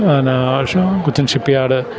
Cochin shipyard